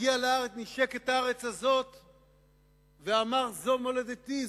הגיע לארץ נישק את הארץ הזאת ואמר: זאת מולדתי,